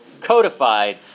codified